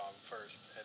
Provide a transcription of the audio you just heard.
first